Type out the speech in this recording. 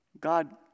God